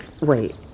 Wait